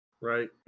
right